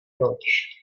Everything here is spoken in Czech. proč